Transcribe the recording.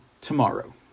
tomorrow